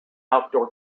outdoor